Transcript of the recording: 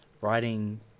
writing